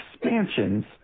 expansions